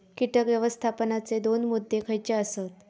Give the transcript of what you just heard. कीटक व्यवस्थापनाचे दोन मुद्दे खयचे आसत?